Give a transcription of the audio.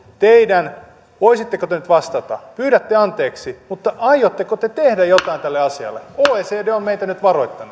voisitteko te nyt vastata pyydätte anteeksi mutta aiotteko te tehdä jotain tälle asialle oecd on on meitä nyt varoittanut